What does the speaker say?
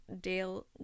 Dale